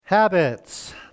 Habits